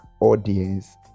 audience